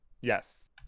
Yes